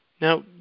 Now